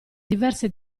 diverse